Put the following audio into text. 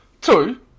Two